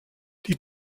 die